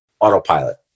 autopilot